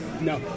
No